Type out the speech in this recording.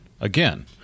again